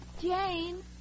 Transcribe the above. Jane